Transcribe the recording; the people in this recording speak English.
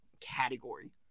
category